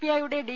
ഐയുടെ ഡി